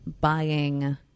buying